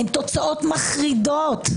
הן מחרידות.